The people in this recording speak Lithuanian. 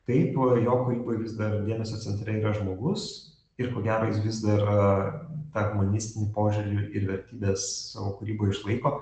taip jo kūryboj vis dar dėmesio centre yra žmogus ir ko gero jis vis dar tą humanistinį požiūrį ir vertybes savo kūryboj išlaiko